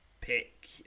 pick